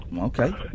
Okay